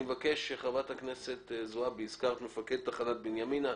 חברת הכנסת זועבי, הזכרת מפקד לתחנת בנימינה.